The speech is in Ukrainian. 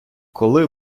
коли